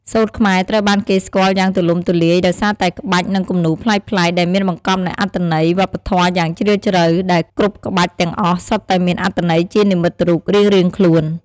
សូត្រខ្មែរត្រូវបានគេស្គាល់យ៉ាងទូលំទូលាយ ដោយសារតែក្បាច់ និងគំនូរប្លែកៗ ដែលមានបង្កប់នូវអត្ថន័យវប្បធម៌យ៉ាងជ្រាលជ្រៅ ដែលគ្រប់ក្បាច់ទាំងអស់សុទ្ធតែមានអត្ថន័យជានិមិត្តរូបរៀងៗខ្លួន។